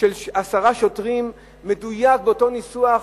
של עשרה שוטרים, מדויק, באותו ניסוח,